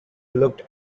looked